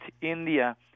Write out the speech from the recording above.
India